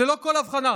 ללא כל הבחנה.